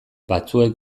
batzuek